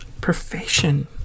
Profession